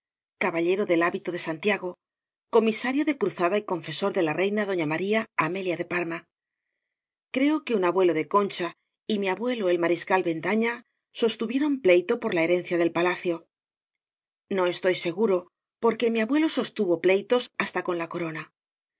caballero del hábito de santiago co misario de cruzada y confesor de la reina doña maría amelia de parma creo que un abuelo de concha y mi abuelo el mariscal bendaña sostuvieron pleito por la he rencia del palacio no estoy seguro porque mi abuelo sostuvo pleitos hasta con la coro